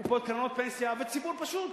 קרנות פנסיה וציבור פשוט,